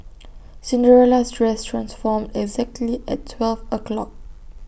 Cinderella's dress transformed exactly at twelve o'clock